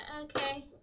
Okay